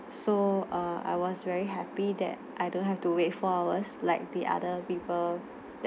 so err I was very happy that I don't have to wait for hours like the other people